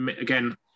again